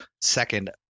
second